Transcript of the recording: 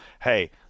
hey